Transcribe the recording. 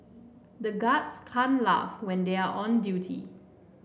the guards can't laugh when they are on duty